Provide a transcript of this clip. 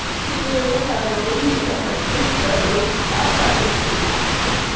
to her relationship with her sister which felt very fleabag baggy.